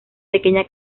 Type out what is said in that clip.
pequeña